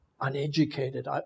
uneducated